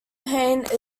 paint